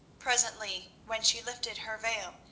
presently, when she lifted her veil,